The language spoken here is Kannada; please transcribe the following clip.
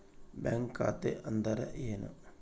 ಬ್ಯಾಂಕ್ ಖಾತೆ ಅಂದರೆ ಏನು?